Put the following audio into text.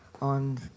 on